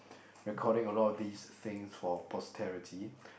recording a lot of these things for posterity